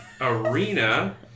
Arena